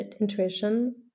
intuition